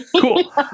cool